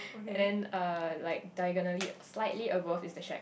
and then uh like diagonally slightly above is the shed